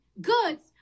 goods